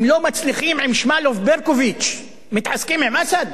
אם לא מצליחים עם שמאלוב-ברקוביץ מתעסקים עם אסד?